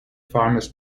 farmers